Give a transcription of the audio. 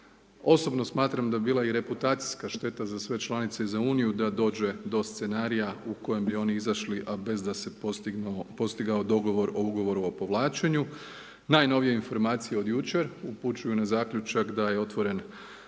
Osobno smatram da bi bila i reputacijska šteta za sve članice i za Uniju da dođe do scenarija u kojem bi oni izašli, a bez da se postigao dogovor o Ugovoru o povlačenju. Najnovije informacije od jučer upućuju na zaključak da je otvoren